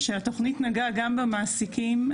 שהתוכנית נגעה גם במעסיקים,